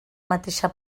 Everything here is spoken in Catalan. mateixa